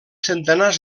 centenars